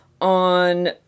on